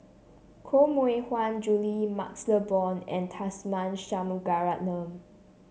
Koh Mui Hiang Julie MaxLe Blond and Tharman Shanmugaratnam